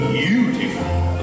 beautiful